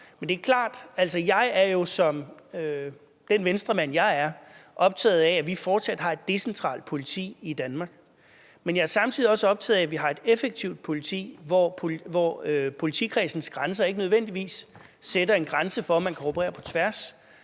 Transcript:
den Venstremand, jeg er, er optaget af, at vi fortsat har et decentralt politi i Danmark, men jeg er samtidig også optaget af, at vi har et effektivt politi, hvor politikredsens grænser ikke nødvendigvis sætter en grænse for, at man kan operere på tværs.